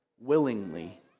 willingly